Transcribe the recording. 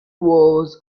was